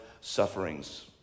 sufferings